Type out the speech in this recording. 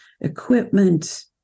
equipment